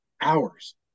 hours